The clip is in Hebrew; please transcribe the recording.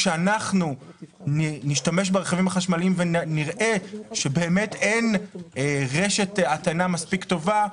כשאנחנו נשתמש ברכבים החשמליים ונראה שאין רשת הטענה מספיק טובה,